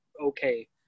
okay